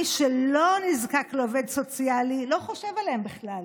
מי שלא נזקק לעובד סוציאלי לא חושב עליהם בכלל,